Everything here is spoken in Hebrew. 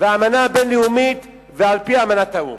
והאמנה הבין-לאומית ועל-פי אמנת האו"ם.